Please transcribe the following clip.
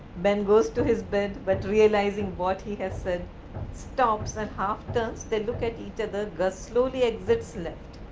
ben goes to his bed but, realizing what he has said stops and half turns, they look at each ah other gus slowly exists left,